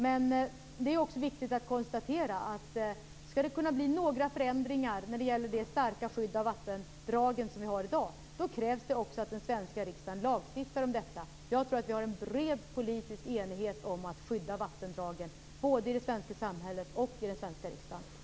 Men det är också viktigt att konstatera att om det skall kunna bli några förändringar i det starka skydd av vattendragen som vi har i dag, krävs det också att den svenska riksdagen lagstiftar om detta. Jag tror att vi har en bred politisk enighet om att skydda vattendragen, både i det svenska samhället och i den svenska riksdagen.